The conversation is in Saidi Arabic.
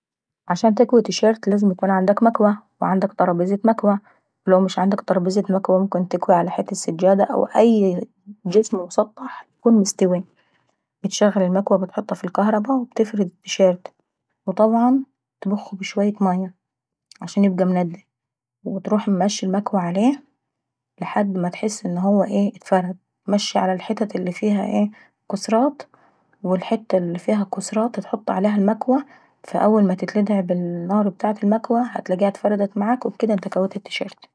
عشان تكوي تي شيرت لازم يكون عندك ميكوة وعندك طرابيزة ميكوة، وممكن تكوي على حتة سجادي او أي جسم مسطح يكون مستوي. وتشغل المكوى وتحطها ف الكهرباه وتفرد التي شيرت وطبعا ترش عليهم شوية مية عشان يبقى مندي. وتروح ممش الميكوة عليه لحد ما تحس انه اتفردد وتمشي ع الحتت اللي فيها ايه؟ كوسرات والحتة اللي فيه كوسرات تحط عليها الميكوة فاول ما تتلدع بالنار ابتاعة الميكوة هتلاقيها اتفردت معاك وكديه انت كويت التي شيرت.